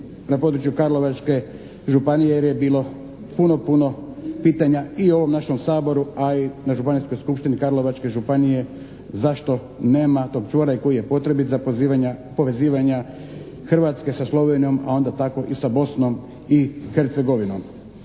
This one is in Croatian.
na području Karlovačke županije jer je bilo puno, puno pitanja i u ovom našem Saboru, a i na Županijskoj skupštini Karlovačke županije zašto nema tog čvora i koji je potrebit za povezivanja Hrvatske sa Slovenijom, a onda tako i sa Bosnom i Hercegovinom.